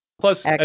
Plus